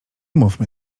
mówmy